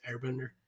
Airbender